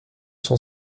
sont